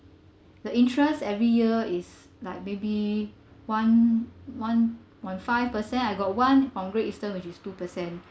the interest every year is like maybe one one point five per cent I got one from great eastern which is two per cent